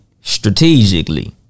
strategically